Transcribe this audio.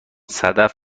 صدف